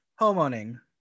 homeowning